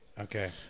Okay